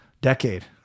decade